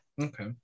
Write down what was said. Okay